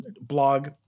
blog